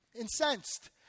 incensed